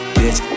bitch